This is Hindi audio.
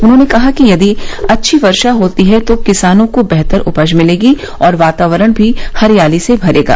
उन्होंने कहा कि यदि अच्छी वर्षा होती है तो किसानों को बेहतर उपज मिलेगी और वातावरण भी हरियाली से भरेगा